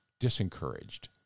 disencouraged